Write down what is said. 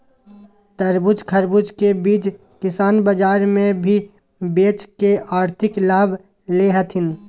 तरबूज, खरबूज के बीज किसान बाजार मे भी बेच के आर्थिक लाभ ले हथीन